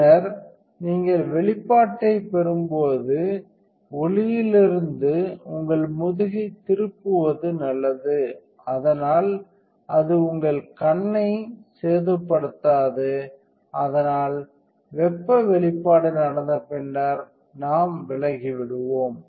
பின்னர் நீங்கள் வெளிப்பாட்டைப் பெறும்போது ஒளியிலிருந்து உங்கள் முதுகைத் திருப்புவது நல்லது அதனால் அது உங்கள் கண்ணை சேதப்படுத்தாது அதனால் வெப்ப வெளிப்பாடு நடந்த பின்னர் நாம் விலகிவிடுவோம்